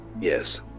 Yes